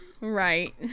right